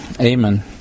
Amen